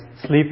sleep